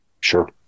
Sure